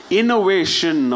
innovation